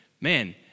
man